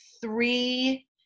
three